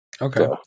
Okay